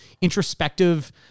introspective